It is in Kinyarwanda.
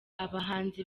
abahanzi